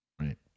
right